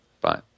Bye